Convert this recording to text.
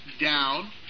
down